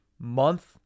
month